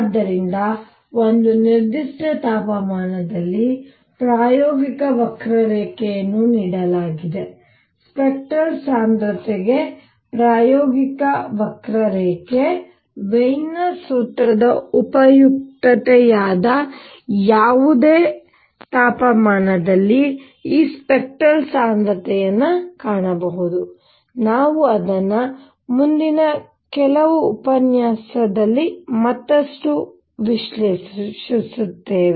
ಆದ್ದರಿಂದ ಒಂದು ನಿರ್ದಿಷ್ಟ ತಾಪಮಾನದಲ್ಲಿ ಪ್ರಾಯೋಗಿಕ ವಕ್ರರೇಖೆಯನ್ನು ನೀಡಲಾಗಿದೆ ಸ್ಪೆಕ್ಟರಲ್ ಸಾಂದ್ರತೆಗೆ ಪ್ರಾಯೋಗಿಕ ವಕ್ರರೇಖೆ ವೀನ್ನ ಸೂತ್ರದ ಉಪಯುಕ್ತತೆಯಾದ ಯಾವುದೇ ತಾಪಮಾನದಲ್ಲಿ ಈ ಸ್ಪೆಕ್ಟರಲ್ ಸಾಂದ್ರತೆಯನ್ನು ಕಾಣಬಹುದು ನಾವು ಅದನ್ನು ಮುಂದಿನ ಕೆಲವು ಉಪನ್ಯಾಸ ಮತ್ತಷ್ಟು ವಿಶ್ಲೇಷಿಸುತ್ತೇವೆ